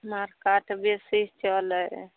मारिकाट बेसी चलै हइ